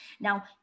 now